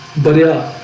but yeah,